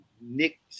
Nick